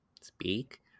speak